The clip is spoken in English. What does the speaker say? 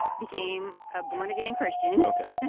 became a born-again christian ok.